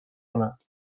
کنند